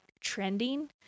trending